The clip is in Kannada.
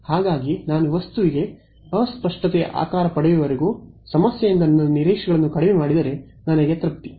ಹಾಗಾಗಿ ನಾನು ವಸ್ತುವಿಗೆ ಅಸ್ಪಷ್ಟತೆಯ ಆಕಾರ ಪಡೆಯುವವರೆಗೂ ಸಮಸ್ಯೆಯಿಂದ ನನ್ನ ನಿರೀಕ್ಷೆಗಳನ್ನು ಕಡಿಮೆ ಮಾಡಿದರೆ ನನಗೆ ತ್ರಪ್ತಿ